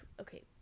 okay